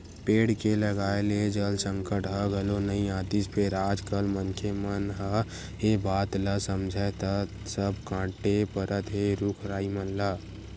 पेड़ के लगाए ले जल संकट ह घलो नइ आतिस फेर आज कल मनखे मन ह ए बात ल समझय त सब कांटे परत हे रुख राई मन ल